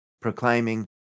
proclaiming